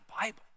Bible